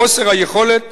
חוסר היכולת